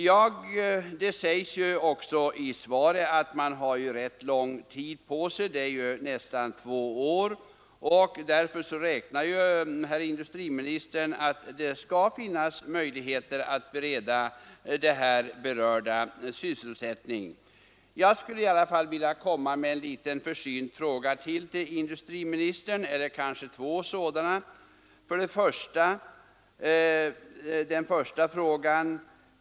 Statsrådet säger också i svaret att vi har ganska lång tid på oss, nästan två år, och därför räknar industriministern med att det skall bli möjligt att bereda de berörda människorna sysselsättning. Jag vill emellertid i detta sammanhang ställa två försynta frågor till industriministern: 1.